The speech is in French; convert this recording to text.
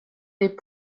des